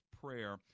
prayer